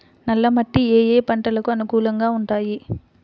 నల్ల మట్టి ఏ ఏ పంటలకు అనుకూలంగా ఉంటాయి?